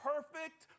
perfect